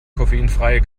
koffeinfreie